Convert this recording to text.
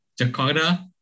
Jakarta